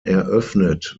eröffnet